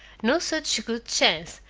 no such good chance,